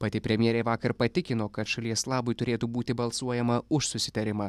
pati premjerė vakar patikino kad šalies labui turėtų būti balsuojama už susitarimą